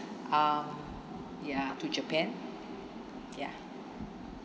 um ya to japan ya